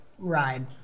ride